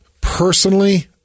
personally